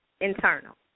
internal